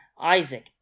Isaac